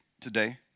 today